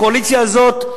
הקואליציה הזאת,